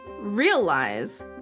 realize